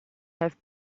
have